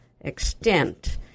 extent